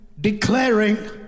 declaring